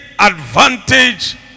advantage